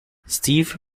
steve